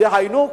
דהיינו,